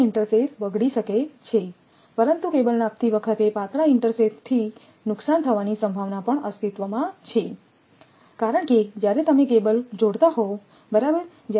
કારણ કે ઇન્ટરસેથ બગડી શકે છે પરંતુ કેબલ નાખતી વખતે પાતળા ઇન્ટરસેથીથને નુકસાન થવાની સંભાવના પણ અસ્તિત્વમાં છે કારણ કે જ્યારે તમે કેબલ જોડતા હોવ બરાબર